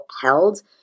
held